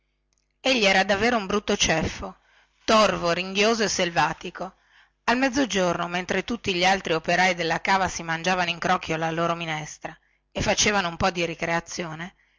tiro egli era davvero un brutto ceffo torvo ringhioso e selvatico al mezzogiorno mentre tutti gli altri operai della cava si mangiavano in crocchio la loro minestra e facevano un po di ricreazione